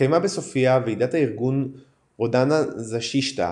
התקיימה בסופיה ועידת הארגון רודנה זאשטיטה